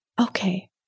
okay